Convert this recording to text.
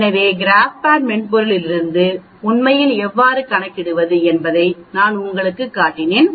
எனவே கிராப்பேட் மென்பொருளிலிருந்து உண்மையில் எவ்வாறு கணக்கிடுவது என்பதை நான் உங்களுக்குக் காட்டினேன்